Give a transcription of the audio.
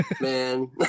man